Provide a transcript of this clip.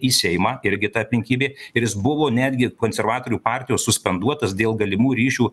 į seimą irgi ta aplinkybė ir jis buvo netgi konservatorių partijos suspenduotas dėl galimų ryšių